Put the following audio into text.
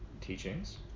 teachings